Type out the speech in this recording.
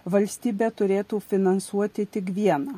valstybė turėtų finansuoti tik vieną